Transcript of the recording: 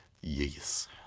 yes